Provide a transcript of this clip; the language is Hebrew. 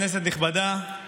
כנסת נכבדה,